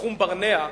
נחום ברנע,